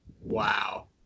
Wow